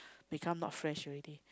become not fresh already